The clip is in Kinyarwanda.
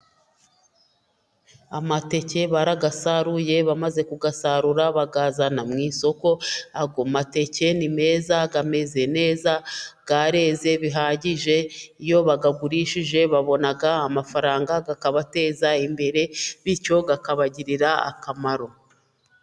Amateke barayasaruye, bamaze kuyasarura bayazana mu isokoko. Ayo mateke ni meza, ameze neza, yareze bihagije. Iyo bayagurishije babona amafaranga, akabateza imbere, bityo akabagirira akamaro.